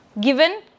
given